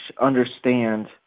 understand